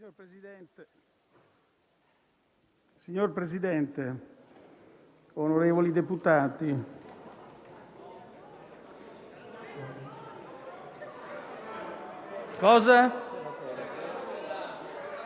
Signor Presidente, onorevoli senatori,